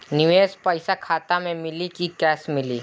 निवेश पइसा खाता में मिली कि कैश मिली?